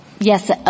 Yes